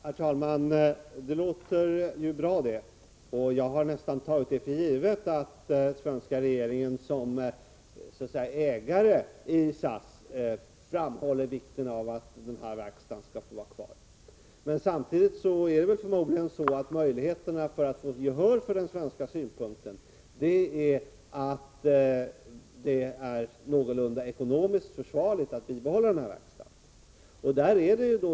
Herr talman! Det låter ju bra. Jag har nästan tagit för givet att den svenska regeringen såsom ägare i SAS framhåller vikten av att den här verkstaden får Samtidigt är det förmodligen så att en förutsättning för att få gehör för den svenska synpunkten är att det är någorlunda ekonomiskt försvarbart att bibehålla verkstaden.